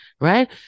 right